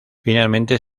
finalmente